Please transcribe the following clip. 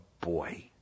boy